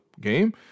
game